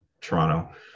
Toronto